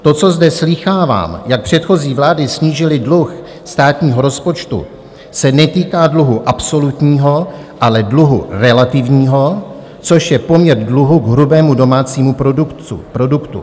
To, co zde slýchávám, jak předchozí vlády snížily dluh státního rozpočtu, se netýká dluhu absolutního, ale dluhu relativního, což je poměr dluhu k hrubému domácímu produktu.